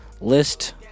list